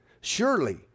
Surely